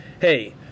hey